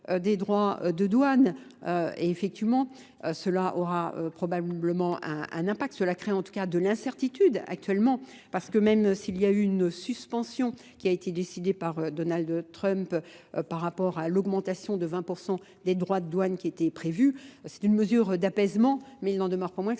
des droits de douane, et effectivement, cela aura probablement un impact. Cela crée en tout cas de l'incertitude actuellement parce que même s'il y a eu une suspension qui a été décidée par Donald Trump par rapport à l'augmentation de 20% des droits de douane qui étaient prévus, c'est une mesure d'apaisement mais il en demeure pour moi que